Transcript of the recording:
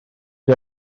nid